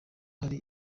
hari